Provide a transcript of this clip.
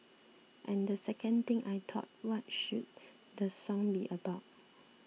and the second thing I thought what should the song be about